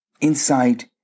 inside